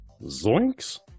zoinks